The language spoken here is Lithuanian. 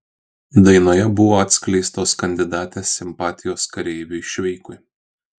dainoje buvo atskleistos kandidatės simpatijos kareiviui šveikui